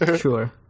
Sure